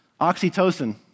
oxytocin